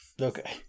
Okay